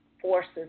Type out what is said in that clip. forces